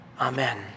Amen